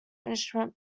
instrument